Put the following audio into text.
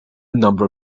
number